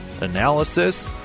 analysis